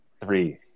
Three